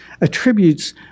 attributes